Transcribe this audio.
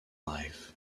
life